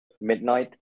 midnight